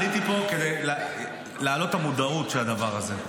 עליתי לפה כדי להעלות את המודעות לדבר הזה,